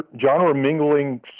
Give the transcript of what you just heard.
genre-mingling